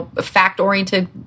fact-oriented